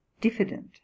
diffident